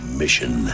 mission